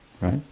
Right